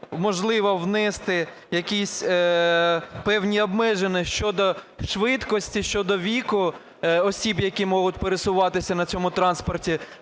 можливо, внести якісь певні обмеження щодо швидкості, щодо віку осіб, які можуть пересуватися на цьому транспорті,